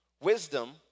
Wisdom